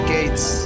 Gates